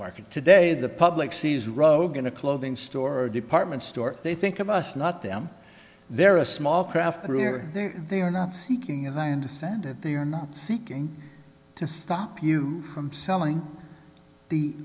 market today the public sees row going to clothing store or department store they think of us not them they're a small craft brewer they are not seeking as i understand it they are not seeking to stop you from selling the